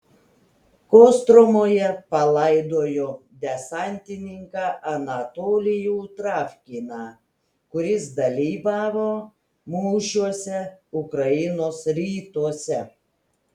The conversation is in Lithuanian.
kostromoje palaidojo desantininką anatolijų travkiną kuris dalyvavo mūšiuose ukrainos rytuose